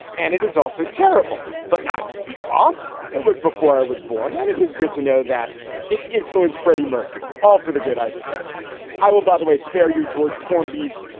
and it is also terrible, but not because it was before i was born. and it is good to know that it influence freddie mercury. all for the good. i suppose i will, by the way, spare you george ford bs,